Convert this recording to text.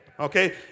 Okay